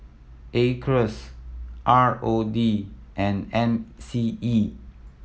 Acres R O D and M C E